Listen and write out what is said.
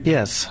Yes